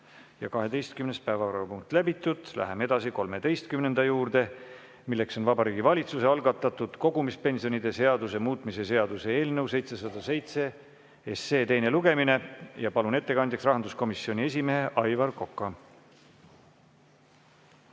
ja 12. päevakorrapunkt läbitud. Läheme edasi 13. punkti juurde, milleks on Vabariigi Valitsuse algatatud kogumispensionide seaduse muutmise seaduse eelnõu 707 teine lugemine. Palun ettekandjaks rahanduskomisjoni esimehe Aivar Koka.